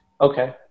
Okay